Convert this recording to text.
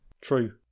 True